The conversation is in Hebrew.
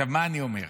מה אני אומר?